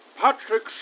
Patrick